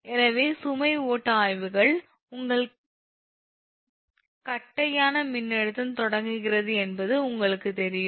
எனவே சுமை ஓட்ட ஆய்வுகள் உங்கள் தட்டையான மின்னழுத்தம் தொடங்குகிறது என்பது உங்களுக்குத் தெரியும்